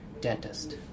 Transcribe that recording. dentist